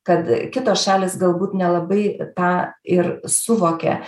kad kitos šalys galbūt nelabai tą ir suvokia